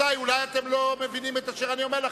אולי אתם לא מבינים את אשר אני אומר לכם.